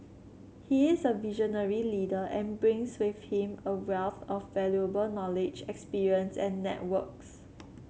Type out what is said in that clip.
he is a visionary leader and brings with him a wealth of valuable knowledge experience and networks